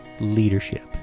leadership